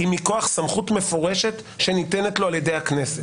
היא מכוח סמכות מפורשת שניתנת לו על ידי הכנסת,